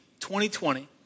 2020